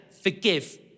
forgive